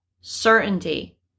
certainty